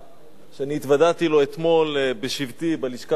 שהתוודעתי לו אתמול בשבתי בלשכה